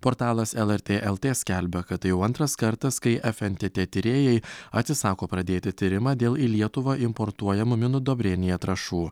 portalas lrt lt skelbia kad tai jau antras kartas kai fntt tyrėjai atsisako pradėti tyrimą dėl į lietuvą importuojamų minudobrėnija trąšų